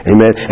Amen